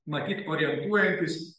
matyt orientuojantis